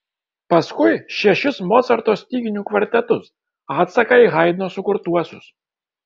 paskui šešis mocarto styginių kvartetus atsaką į haidno sukurtuosius